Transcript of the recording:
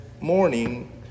morning